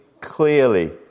clearly